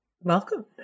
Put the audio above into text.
Welcome